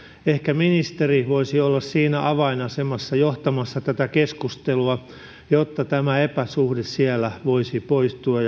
ehkä ministeri voisi olla siinä avainasemassa johtamassa tätä keskustelua jotta tämä epäsuhde siellä voisi poistua